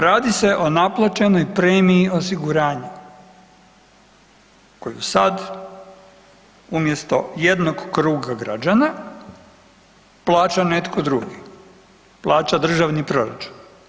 Radi se o napla enoj premiji osiguranja koju sad umjesto jednog kruga građana plaća netko drugi, plaća Državni proračun.